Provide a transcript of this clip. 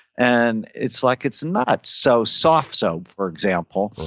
and it's like it's nuts. so softsoap for example,